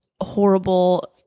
horrible